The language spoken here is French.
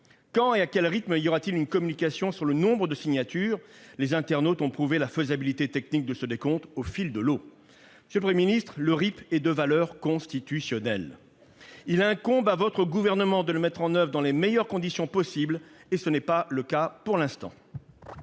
Quand et selon quel rythme y aura-t-il une communication sur le nombre de signatures recueillies ? Les internautes ont prouvé la faisabilité technique d'un décompte au fil de l'eau. Monsieur le Premier ministre, le référendum d'initiative partagée est de valeur constitutionnelle. Il incombe au Gouvernement de le mettre en oeuvre dans les meilleures conditions possible. Ce n'est pas le cas pour l'instant.